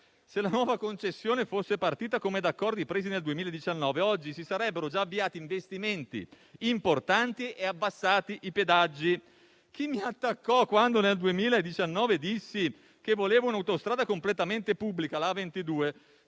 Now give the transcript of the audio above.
Se la nuova concessione fosse partita, come da accordi presi nel 2019, oggi si sarebbero già avviati investimenti importanti e abbassati i pedaggi. Chi mi attaccò quando nel 2019 dissi che volevo un'autostrada completamente pubblica, la A22,